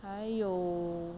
还有